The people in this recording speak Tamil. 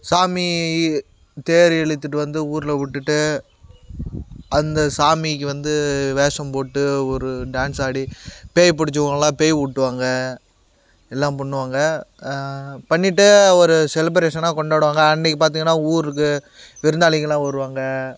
சாமி தேர் இழுத்துகிட்டு வந்து ஊரில் விட்டுட்டு அந்த சாமிக்கு வந்து வேடம் போட்டு ஒரு டேன்ஸ் ஆடி பேய் பிடிச்சவங்களாம் பேய் ஓட்டுவாங்க எல்லாம் பண்ணுவாங்க பண்ணிகிட்டு ஒரு செலிப்ரேஷன்னாக கொண்டாடுவாங்க அன்றைக்கு பார்த்திங்கனா ஊருக்கு விருந்தாளிகள்லாம் வருவாங்க